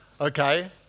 Okay